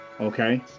okay